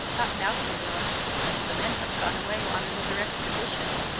not now, senor the men have gone away on another expedition,